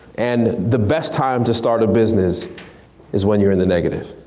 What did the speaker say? and the best time to start a business is when you're in the negative.